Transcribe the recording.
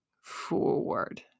forward